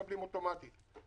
מקבלים אוטומטית.